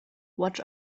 watch